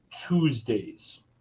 Tuesdays